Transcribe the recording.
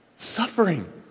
Suffering